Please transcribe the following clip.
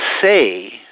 say